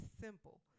simple